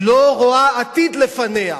אבל היא לא רואה עתיד לפניה.